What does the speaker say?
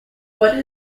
what